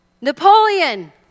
Napoleon